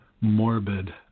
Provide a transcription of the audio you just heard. Morbid